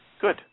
Good